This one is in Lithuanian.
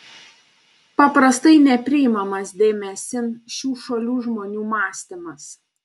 paprastai nepriimamas dėmesin šių šalių žmonių mąstymas